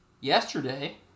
yesterday